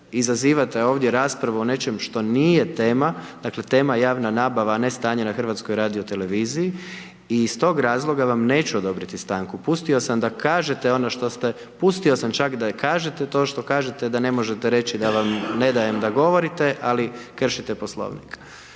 izazivate ovdje raspravu o nečem što nije tema, dakle, tema je javna nabava, a ne stanje na HRT-u i iz tog razloga vam neću odobriti stanku. Pustio sam da kažete ono što ste pustio sam čak da kažete to što kažete, da ne možete reći da vam ne dajem da govorite, ali kršite poslovnik.